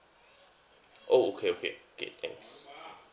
oh okay okay okay thanks